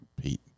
Pete